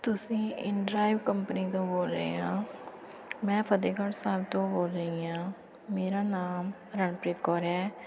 ਤੁਸੀਂ inDrive company ਤੋਂ ਬੋਲ ਰਹੇ ਹਾਂ ਮੈਂ ਫਤਿਹਗੜ੍ਹ ਸਾਹਿਬ ਤੋਂ ਬੋਲ ਰਹੀ ਹਾਂ ਮੇਰਾ ਨਾਮ ਰਣਪ੍ਰੀਤ ਕੌਰ ਹੈ